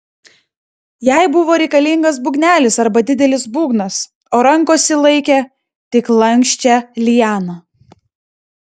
jai buvo reikalingas būgnelis arba didelis būgnas o rankose laikė tik lanksčią lianą